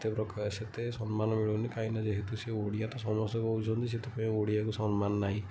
ସେତେ ପ୍ରକାର୍ ସେତେ ସମ୍ମାନ ମିଳୁନି କାହିଁକିନା ଯେହେତୁ ସେ ଓଡ଼ିଆ ତ ସମସ୍ତେ କହୁଛନ୍ତି ସେଥିପାଇଁ ଓଡ଼ିଆକୁ ସମ୍ମାନ ନାହିଁ